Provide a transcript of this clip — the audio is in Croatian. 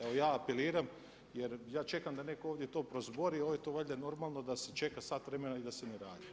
Evo ja apeliram jer ja čekam da netko ovdje to prozbori, ovdje je to valjda normalno da se čeka sat vremena i da se ne radi.